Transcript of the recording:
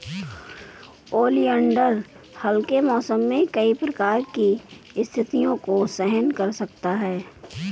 oleander हल्के मौसम में कई प्रकार की स्थितियों को सहन कर सकता है